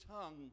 tongue